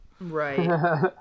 right